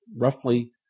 roughly